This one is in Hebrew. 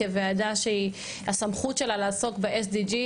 כוועדה שהסמכות שלה לעסוק ב-SDG,